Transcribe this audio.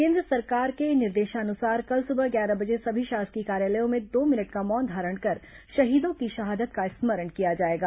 केन्द्र सरकार के निर्देशानुसार कल सुबह ग्यारह बजे सभी शासकीय कार्यालयों में दो मिनट का मौन धारण कर शहीदों की शहादत का स्मरण किया जाएगा